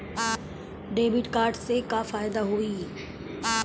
Debit card से का फायदा होई?